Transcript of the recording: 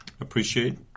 appreciate